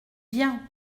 bien